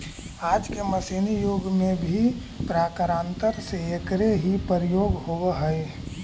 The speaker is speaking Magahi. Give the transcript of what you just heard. आज के मशीनी युग में भी प्रकारान्तर से एकरे ही प्रयोग होवऽ हई